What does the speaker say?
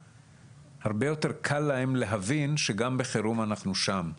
הרבה יותר קל להם להבין שגם בחירום אנחנו שם.